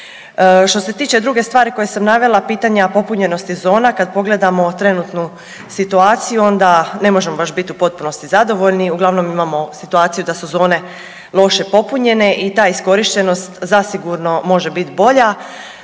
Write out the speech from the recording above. Što se tiče druge stvari koje sam navela, pitanja popunjenosti zona kad pogledamo trenutnu situaciju onda ne možemo baš bit u potpunosti zadovoljni, uglavnom imamo situaciju da su zone loše popunjene i ta iskorištenost zasigurno može biti bolja.